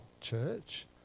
church